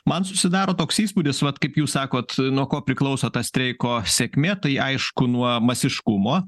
man susidaro toks įspūdis vat kaip jūs sakot nuo ko priklauso ta streiko sėkmė tai aišku nuo masiškumo